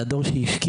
זה הדור שהשקיע.